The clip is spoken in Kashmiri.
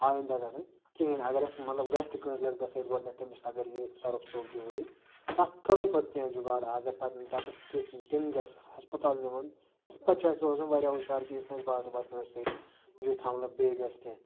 آیِندہ گَژھَن کِہیٖنۍ اگر اَسہِ مطلب گَژھِ تہٕ کٲنٛسہِ لڑکَس سۭتۍ گۄڈنیٚتھ تٔمِس اگر یہِ سرپھ ژوٚپ دِیہ تتھ کَرو پَتہٕ کینٛہہ جُگاڈ اگر پَتہٕ تَتَس تہِ تم گَژھِ ہَسپَتال نیُن تمہِ پَتہٕ چھُ اَسہِ روزُن واریاہ ہُشیار کہِ یتھ نہٕ اَسہِ بار دُبار کٲنٛسہِ سۭتۍ یتھ حَملہ بیٚیہِ گَژھِ کینٛہہ